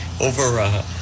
over